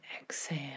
exhale